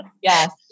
Yes